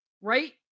right